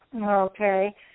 Okay